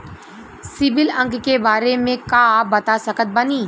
CIBIL अंक के बारे मे का आप बता सकत बानी?